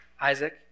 Isaac